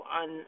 on